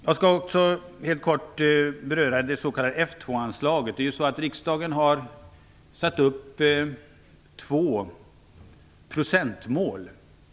Jag vill också helt kort beröra det s.k. F2-anslaget. Riksdagen har uppsatt två procentmål.